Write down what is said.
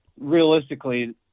realistically